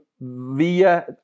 via